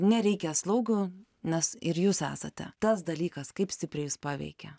nereikia slaugių nes ir jūs esate tas dalykas kaip stipriai jus paveikė